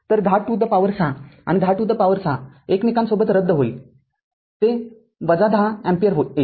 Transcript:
तर१० to the power ६ आणि १० to the power ६ एकमेकांसोबत रद्द होतील ते १० एम्पीअर येईल